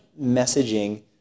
messaging